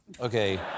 Okay